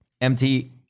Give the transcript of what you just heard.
MT